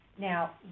Now